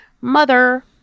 Mother